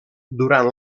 durant